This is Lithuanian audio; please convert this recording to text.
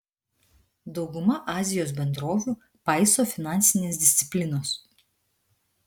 dauguma azijos bendrovių paiso finansinės disciplinos